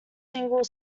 single